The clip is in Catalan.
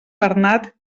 bernat